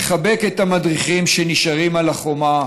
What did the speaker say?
נחבק את המדריכים שנשארים על החומה